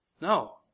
No